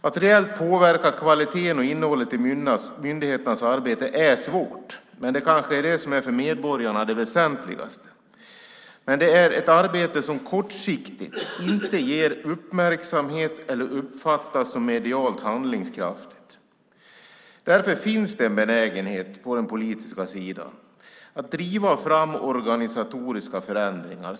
Att reellt påverka kvaliteten och innehållet i myndigheternas arbete är svårt men kanske det som för medborgarna är det väsentligaste, men det är ett arbete som kortsiktigt inte ger uppmärksamhet eller uppfattas medialt som handlingskraftigt. Därför finns det en benägenhet på den politiska sidan att driva fram organisatoriska förändringar.